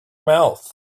mouth